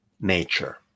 nature